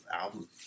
album